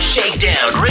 Shakedown